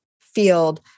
field